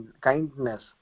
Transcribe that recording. kindness